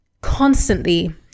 constantly